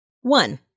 One